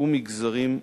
והמגזרים השונים.